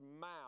mouth